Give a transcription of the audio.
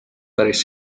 päris